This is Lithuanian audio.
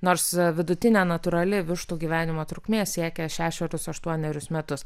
nors vidutinė natūrali vištų gyvenimo trukmė siekia šešerius aštuonerius metus